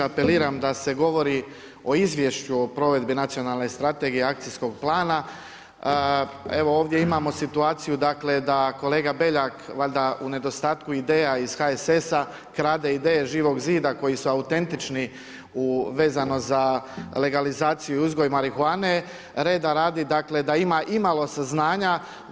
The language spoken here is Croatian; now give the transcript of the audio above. Apeliram da se govori o Izvješću o provedbi Nacionalne strategije i akcijskog plana, evo ovdje imamo situaciju da kolega Beljak valjda u nedostatku ideja iz HSS-a krade ideje Živog zida koji su autentični vezano za legalizaciju i uzgoj marihuane, reda radi, dakle da ima imalo saznanja.